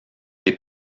des